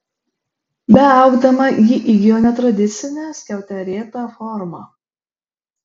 beaugdama ji įgijo netradicinę skiauterėtą formą